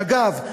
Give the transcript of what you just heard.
אגב,